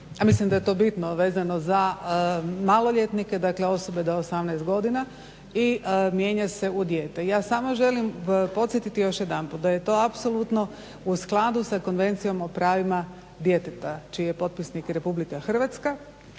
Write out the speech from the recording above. mislim da je to bitno vezano za maloljetnike, dakle osobe do 18 godina i mijenja se u dijete. Ja samo želim podsjetiti još jedanput da je to apsolutno u skladu sa Konvencijom o pravima djeteta čiji je potpisnik Republika Hrvatska.